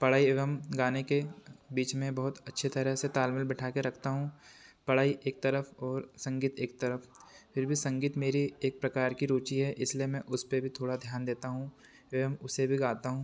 पढ़ाई एवं गाने के बीच में बहुत अच्छी तरह से तालमेल बिठाके रखता हूँ पढ़ाई एक तरफ़ ओर संगीत एक तरफ़ फिर भी संगीत मेरी एक प्रकार की रुचि है इसलिए मैं उसपे भी थोड़ा ध्यान देता हूँ एवं उसे भी गाता हूँ